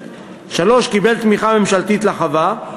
3. קיבל תמיכה ממשלתית לחווה,